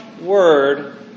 word